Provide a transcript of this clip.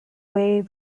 way